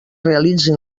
realitzen